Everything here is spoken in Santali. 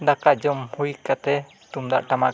ᱫᱟᱠᱟ ᱡᱚᱢ ᱦᱩᱭ ᱠᱟᱛᱮᱫ ᱛᱩᱢᱫᱟᱜ ᱴᱟᱢᱟᱠ